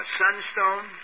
sunstone